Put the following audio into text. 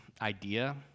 idea